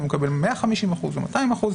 אם הוא מקבל 150% או 200%,